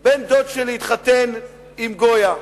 בערך בן-דוד שלי התחתן עם גויה,